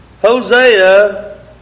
Hosea